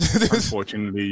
Unfortunately